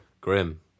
Grim